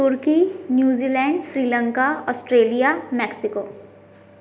turkey New Zealand Sri Lanka Australia Mexico